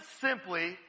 simply